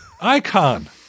icon